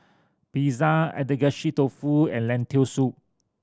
Pizza Agedashi Dofu and Lentil Soup